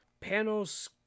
Panos